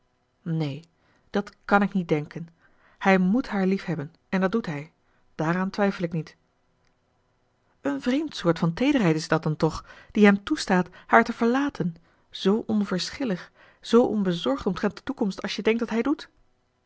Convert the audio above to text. neen dat kàn ik niet denken hij moet haar liefhebben en dat doet hij daaraan twijfel ik niet een vreemd soort van teederheid is dat dan toch die hem toestaat haar te verlaten zoo onverschillig zoo onbezorgd omtrent de toekomst als je denkt dat hij doet